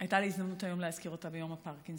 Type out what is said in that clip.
הייתה לי הזדמנות להזכיר אותה ביום הפרקינסון.